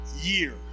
year